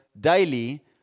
daily